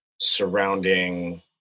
surrounding